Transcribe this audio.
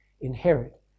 inherit